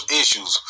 issues